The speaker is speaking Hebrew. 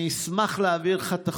אני אשמח להעביר לך את החומרים.